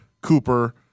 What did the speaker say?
Cooper